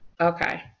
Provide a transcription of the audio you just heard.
Okay